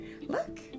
Look